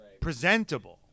presentable